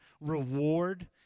reward